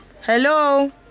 Hello